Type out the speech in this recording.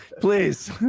Please